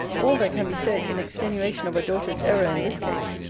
all that can be said, in extenuation of a daughter's error in this case,